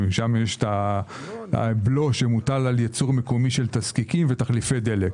יש הבלו שמוטל על ייצור מקומי של תזקיקים ותחליפי דלק.